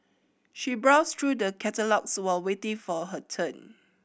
she browsed through the catalogues while waiting for her turn